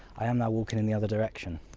i am now walking in the other direction.